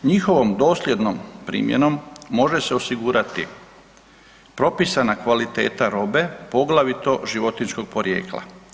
Njihovom dosljednom primjenom može se osigurati propisana kvaliteta robe, poglavito životinjskog porijekla.